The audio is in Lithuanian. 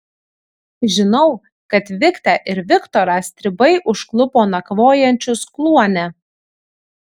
žinau kad viktę ir viktorą stribai užklupo nakvojančius kluone